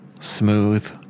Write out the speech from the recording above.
smooth